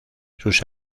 sus